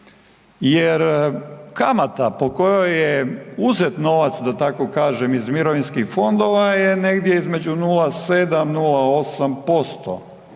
Jer kamata po kojoj je uzet novac da tako kažem iz mirovinskih fondova je negdje između 0,7 – 0,8%